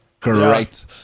Great